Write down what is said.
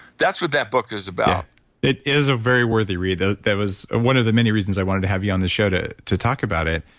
that's what that book is about it it is a very worthy read. that was ah one of the many reasons i wanted to have you on this show to to talk about it.